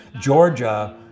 Georgia